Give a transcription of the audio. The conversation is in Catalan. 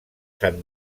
sant